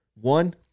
one